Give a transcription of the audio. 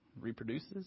reproduces